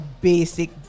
basic